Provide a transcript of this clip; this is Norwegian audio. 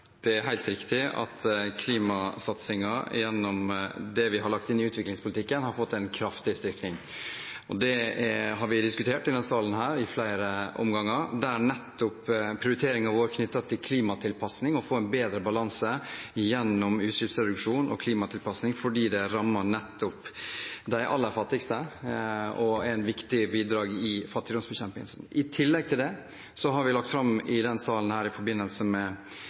vi har lagt inn i utviklingspolitikken, har fått en kraftig styrking. Det har vi diskutert i denne salen i flere omganger, der nettopp prioriteringen vår knyttet til klimatilpasning, å få en bedre balanse gjennom utslippsreduksjon og klimatilpasning fordi det rammer nettopp de aller fattigste, er et viktig bidrag i fattigdomsbekjempelsen. I tillegg til det har vi i forbindelse med budsjettframlegget lagt fram i denne salen